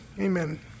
Amen